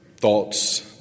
thoughts